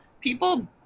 people